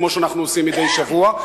כמו שאנחנו עושים מדי שבוע,